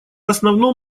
основном